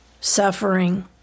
suffering